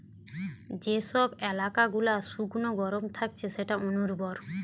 যে সব এলাকা গুলা শুকনো গরম থাকছে সেটা অনুর্বর